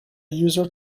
user